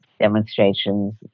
demonstrations